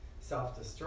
self-destruct